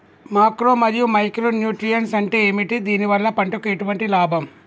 Macro మరియు micro nutrients అంటే ఏమిటి? దీనివల్ల పంటకు ఎటువంటి లాభం?